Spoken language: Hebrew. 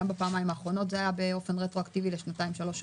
גם בפעמיים האחרונות זה היה באופן רטרואקטיבי לשנתיים-שלוש אחורה,